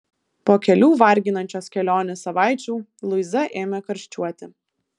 po kelių varginančios kelionės savaičių luiza ėmė karščiuoti